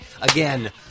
again